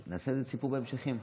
נעשה לזה סיפור בהמשכים.